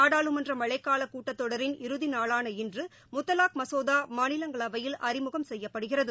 நாடாளுமன்றமழைக்காலகூட்டத்தொடரின் இறதிநாளான இன்றுமுத்தலாக் மசோதாமாநிலங்களவில் அறிமுகம் செய்யப்படுகிறது